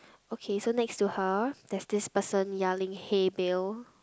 okay so next to her there's this person yelling hey bill